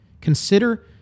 consider